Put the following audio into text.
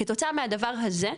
כתוצאה מהדבר הזה,